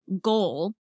goal